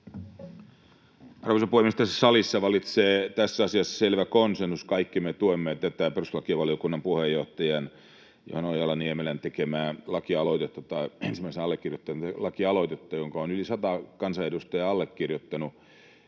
Arvoisa puhemies! Tässä salissa valitsee tässä asiassa selvä konsensus. Kaikki me tuemme tätä perustuslakivaliokunnan puheenjohtajan Johanna Ojala-Niemelän, ensimmäisen allekirjoittajan, tekemää lakialoitetta, jonka on yli sata kansanedustajaa allekirjoittanut.